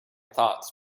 thoughts